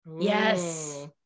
Yes